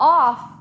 off